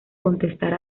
contestar